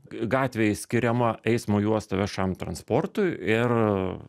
gatvėj skiriama eismo juosta viešajam transportui ir